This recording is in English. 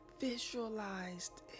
visualized